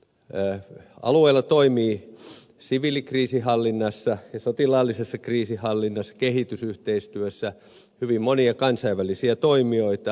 alueella toimii siviilikriisinhallinnassa ja sotilaallisessa kriisinhallinnassa kehitysyhteistyössä hyvin monia kansainvälisiä toimijoita